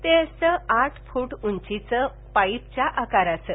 ते असतं आठ फूट उंचीचं पाईपच्या आकाराचं